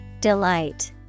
Delight